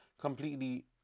completely